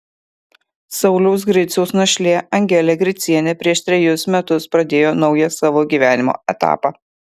sauliaus griciaus našlė angelė gricienė prieš trejus metus pradėjo naują savo gyvenimo etapą